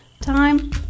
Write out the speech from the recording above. time